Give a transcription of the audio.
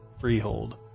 freehold